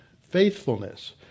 faithfulness